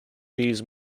these